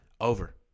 Over